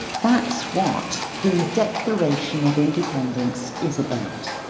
that's what the declaration of independence is about.